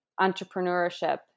entrepreneurship